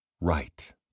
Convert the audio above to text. Right